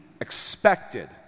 expected